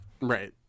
Right